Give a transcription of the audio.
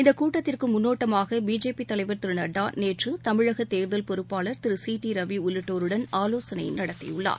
இந்தக் கூட்டத்திற்கு முன்னோட்டமாக பிஜேபி தலைவர் திரு நட்டா நேற்று தமிழகத் தேர்தல் பொறுப்பாளர் திரு சி டி ரவி உள்ளிட்டோருடன் ஆலோசனை நடத்தியுள்ளார்